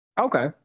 Okay